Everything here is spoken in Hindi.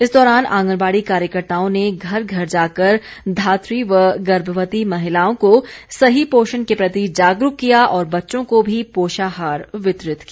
इस दौरान आंगनबाड़ी कार्यकर्ताओं ने घर घर जाकर धातृ व गर्मवती महिलाओं को सही पोषण के प्रति जागरूक किया और बच्चों को भी पोषाहार वितरित किया